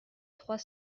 trois